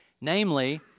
Namely